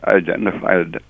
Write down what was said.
identified